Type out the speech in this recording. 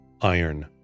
Iron